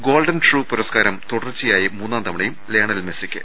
golden shoe പുരസ്കാരം തുടർച്ചയായി മൂന്നാം തവണയും ലയണൽ മെസ്സിക്ക്